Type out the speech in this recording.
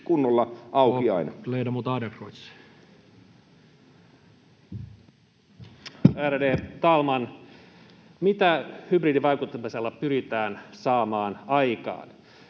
Content: Ärade talman! Mitä hybridivaikuttamisella pyritään saamaan aikaan?